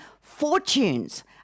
fortunes